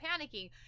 panicking